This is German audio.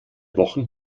wochen